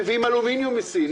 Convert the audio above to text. מביאים אלומיניום מסין,